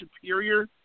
superior